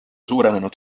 suurenenud